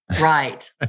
Right